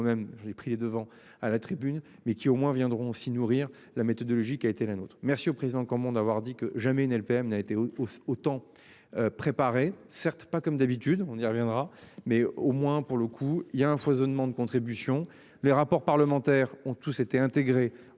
moi même j'ai pris les devants à la tribune mais qui au moins viendront s'nourrir la méthodologie qui a été la nôtre. Merci au président quand d'avoir dit que jamais une LPM n'a été. Autant. Préparée certes pas comme d'habitude on y reviendra, mais au moins, pour le coup il y a un foisonnement de contribution les rapports parlementaires ont tous été intégré